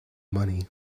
money